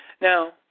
Now